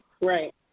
Right